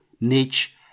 niche